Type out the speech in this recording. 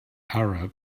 arab